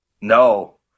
No